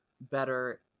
better